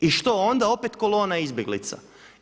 I što onda opet kolona izbjeglica?